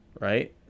right